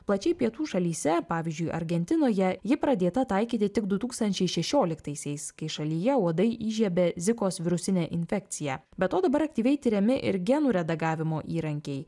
plačiai pietų šalyse pavyzdžiui argentinoje ji pradėta taikyti tik du tūkstančiai šešioliktaisiais kai šalyje uodai įžiebė zikos virusinę infekciją be to dabar aktyviai tiriami ir genų redagavimo įrankiai